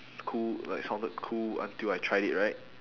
cool like sounded cool until I tried it right